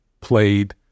played